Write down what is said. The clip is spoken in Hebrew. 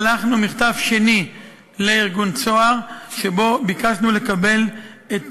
שלחנו מכתב שני לארגון "צהר" שבו ביקשנו לקבל את